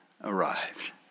arrived